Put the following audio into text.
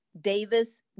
Davis